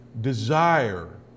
desire